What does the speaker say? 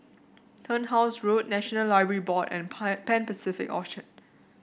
Turnhouse Road National Library Board and Pan Pacific Orchard